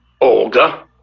Olga